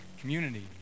community